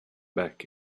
back